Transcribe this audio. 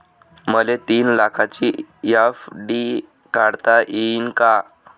मले तीन लाखाची एफ.डी काढता येईन का?